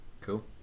cool